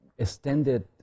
extended